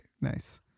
Nice